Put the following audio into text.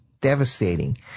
devastating